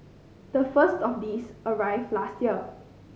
the first of these arrived last year